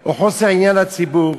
או חוסר עניין לציבור.